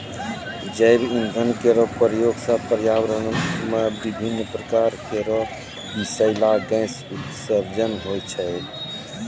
जैव इंधन केरो प्रयोग सँ पर्यावरण म विभिन्न प्रकार केरो बिसैला गैस उत्सर्जन होय छै